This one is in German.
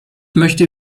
möchte